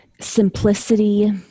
simplicity